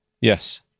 Yes